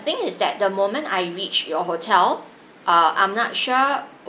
the thing is that the moment I reached your hotel uh I'm not sure